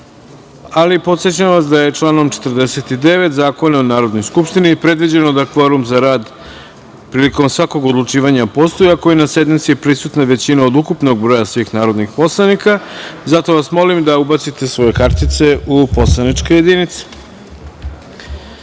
poslanika. Podsećam vas, da je članom 49. Zakona o Narodnoj skupštini i predviđeno da kvorum za rad prilikom svakog odlučivanja postoji ako je na sednici prisutna većina od ukupnog broja svih narodnih poslanika, zato vas molim da ubacite svoje kartice u poslaničke jedinice.